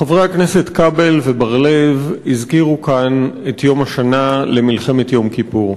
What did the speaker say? חברי הכנסת כבל ובר-לב הזכירו כאן את יום השנה למלחמת יום כיפור.